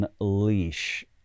unleash